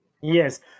Yes